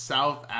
South